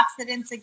again